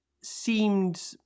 seemed